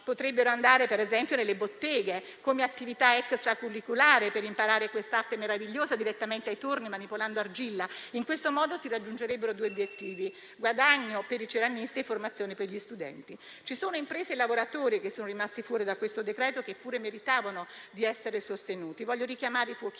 potrebbero andare per esempio nelle botteghe, come attività extracurriculare per imparare quest'arte meravigliosa direttamente ai torni, manipolando argilla. In questo modo si raggiungerebbero due obiettivi: guadagno per i ceramisti e formazione per gli studenti. Ci sono imprese e lavoratori che sono rimasti fuori dal decreto-legge, che pure meritavano di essere sostenuti. Voglio richiamare i fuochisti,